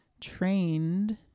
trained